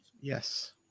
Yes